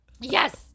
Yes